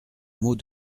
mot